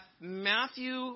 Matthew